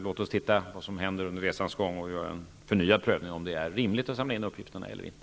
Låt oss titta på vad som händer under resans gång och göra en förnyad prövning av om det är rimligt att samla in uppgifterna eller inte.